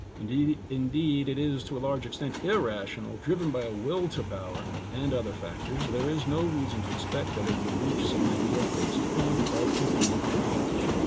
indeed it it is to a large extent, irrational, driven by a will to power and other factors, there is no reason to expect that it will reach some ideal fixed point of complete knowledge.